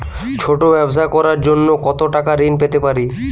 ছোট ব্যাবসা করার জন্য কতো টাকা ঋন পেতে পারি?